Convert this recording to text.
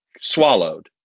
swallowed